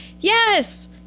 yes